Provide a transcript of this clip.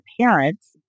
parents